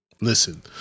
listen